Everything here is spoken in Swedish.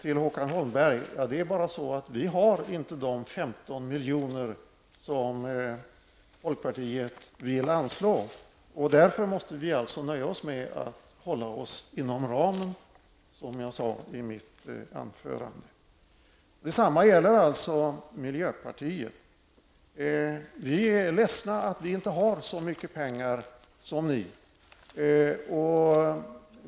Fru talman! Det är bara så, Håkan Holmberg, att vi inte har de 15 miljoner som folkpartiet vill anslå. Därför måste vi alltså nöja oss med att hålla oss inom ramen, som jag sade i mitt anförande. Detsamma gäller miljöpartiet. Vi är ledsna att vi inte har så mycket pengar som ni.